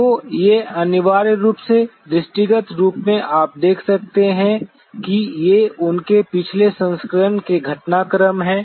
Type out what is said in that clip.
तो ये अनिवार्य रूप से दृष्टिगत रूप से आप देख सकते हैं कि ये उनके पिछले संस्करणों के घटनाक्रम हैं